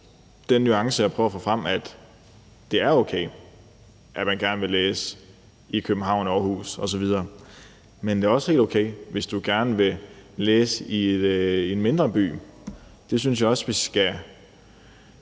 den nuance, jeg prøver at få frem, nemlig at det er okay, at man gerne vil læse i København, Aarhus osv. Men det er også helt okay, hvis du gerne vil læse i en mindre by. Det synes jeg også at vi skal